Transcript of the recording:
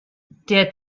der